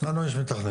לנו יש מתכננים,